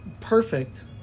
perfect